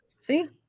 See